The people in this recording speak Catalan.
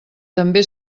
també